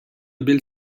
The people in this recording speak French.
belle